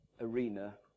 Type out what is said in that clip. arena